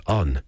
on